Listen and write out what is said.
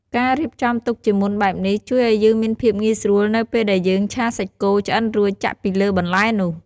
ការរៀបចំទុកជាមុនបែបនេះ ជួយឲ្យយើងមានភាពងាយស្រួលនៅពេលដែលយើងឆាសាច់គោឆ្អិនរួចចាក់ពីលើបន្លែនោះ។